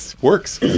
works